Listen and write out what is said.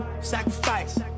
Sacrifice